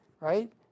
right